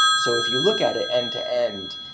so if you look at it end to end,